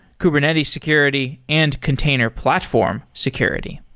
kubernetes security and container platform security